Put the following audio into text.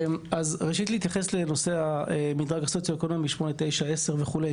להתייחס לנושא מדרג הסוציואקונומי שמונה תשע עשר וכו',